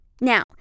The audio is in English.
Now